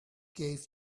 gave